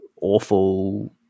awful